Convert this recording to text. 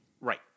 Right